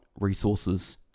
resources